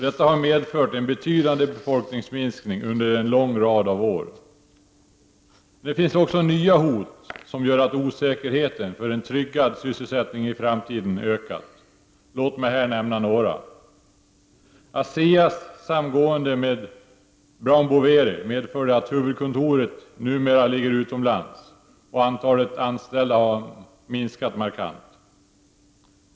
Detta har medfört en betydande befolkningsminskning under en lång rad av år. Det finns också nya hot som gör att osäkerheten för en tryggad sysselsättning i framtiden har ökat. Låt mig nämna några. ASEA:s samgående med Brown Boveri medförde att huvudkontoret numera ligger utomlands och att antalet anställda minskat markant.